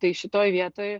tai šitoj vietoj